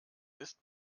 ist